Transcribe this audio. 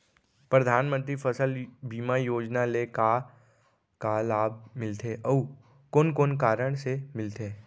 परधानमंतरी फसल बीमा योजना ले का का लाभ मिलथे अऊ कोन कोन कारण से मिलथे?